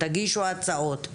תגישו הצעות,